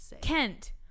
Kent